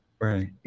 Right